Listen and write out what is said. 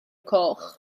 coch